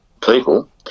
people